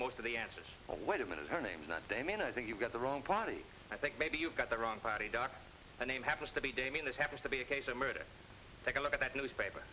most of the answers oh wait a minute her name's not they mean i think you've got the wrong party i think maybe you've got the wrong party dark the name happens to be damian this happens to be a case of murder take a look at that newspaper